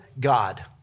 God